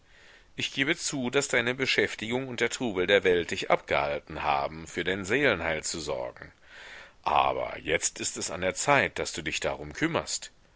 ich gebe zu daß deine beschäftigung und der trubel der welt dich abgehalten haben für dein seelenheil zu sorgen aber jetzt ist es an der zeit daß du dich darum kümmerst